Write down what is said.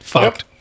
Fucked